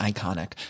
Iconic